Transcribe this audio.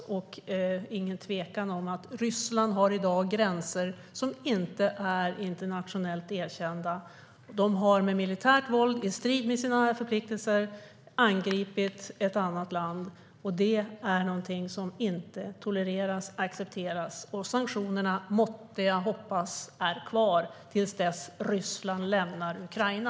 Det är ingen tvekan om att Ryssland i dag har gränser som inte är internationellt erkända. De har med militärt våld och i strid med sina förpliktelser angripit ett annat land, och detta är något som inte tolereras eller accepteras. Sanktionerna måste finnas kvar till dess att Ryssland lämnar Ukraina.